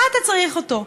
מה אתה צריך אותו?